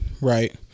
Right